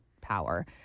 power